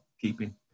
keeping